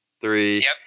Three